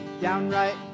downright